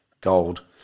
Gold